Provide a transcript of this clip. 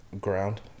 Ground